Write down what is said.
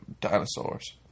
dinosaurs